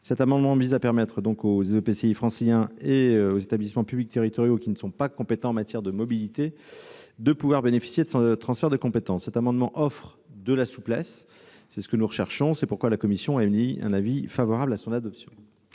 Cet amendement vise à permettre aux EPCI franciliens et aux établissements publics territoriaux, qui ne sont pas compétents en matière de mobilité, de pouvoir bénéficier d'un tel transfert de compétence. Cet amendement tend à offrir de la souplesse, et c'est ce que nous recherchons. Voilà pourquoi la commission est favorable à son adoption.